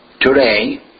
today